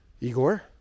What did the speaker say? Igor